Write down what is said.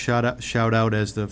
shot a shout out as the